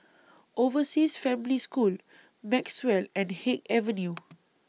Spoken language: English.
Overseas Family School Maxwell and Haig Avenue